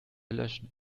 löschen